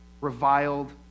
reviled